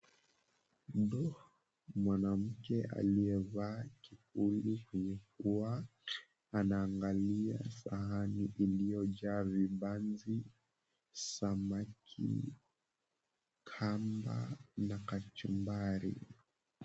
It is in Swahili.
Ndo mwanamke aliyevaa kipini kwenye pua anaangalia sahani iliyojaa vibanzi, samaki, kamba na kachumbari.